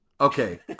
Okay